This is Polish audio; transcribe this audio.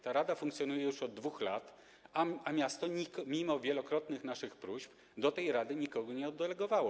Ta rada funkcjonuje już od 2 lat, a miasto, mimo wielokrotnych naszych próśb, do tej rady nikogo nie oddelegowało.